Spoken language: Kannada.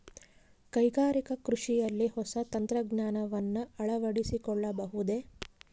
ಕೈಗಾರಿಕಾ ಕೃಷಿಯಲ್ಲಿ ಹೊಸ ತಂತ್ರಜ್ಞಾನವನ್ನ ಅಳವಡಿಸಿಕೊಳ್ಳಬಹುದೇ?